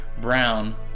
Brown